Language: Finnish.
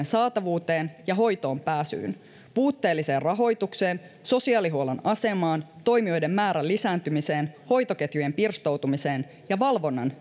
saatavuuteen ja hoitoon pääsyyn puutteelliseen rahoitukseen sosiaalihuollon asemaan toimijoiden määrän lisääntymiseen hoitoketjujen pirstoutumiseen ja valvonnan